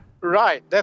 Right